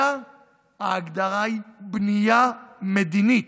אלא ההגדרה היא בנייה מדינית,